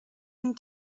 and